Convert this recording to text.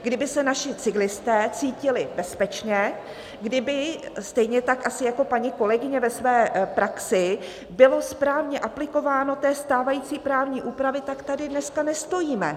Kdyby se naši cyklisté cítili bezpečně, kdyby stejně tak asi jako paní kolegyně ve své praxi bylo správně aplikováno té stávající právní úpravy, tak tady dneska nestojíme.